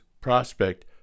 prospect